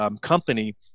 company